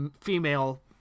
female